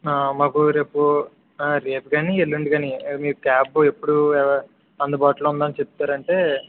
మాకు రేపు రేపు కానీ ఎల్లుండి కానీ మీ క్యాబ్ ఎప్పుడు అందుబాటులో ఉంది అని చెప్తారు అంటే